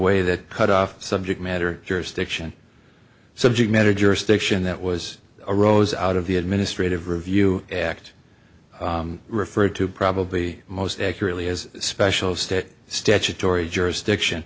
way that cut off subject matter jurisdiction subject matter jurisdiction that was arose out of the administrative review act referred to probably most accurately as special state statutory jurisdiction